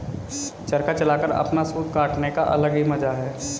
चरखा चलाकर अपना सूत काटने का अलग ही मजा है